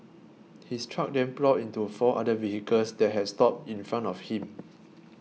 his truck then ploughed into four other vehicles that had stopped in front of him